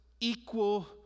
equal